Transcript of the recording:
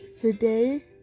today